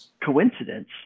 coincidence